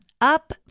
up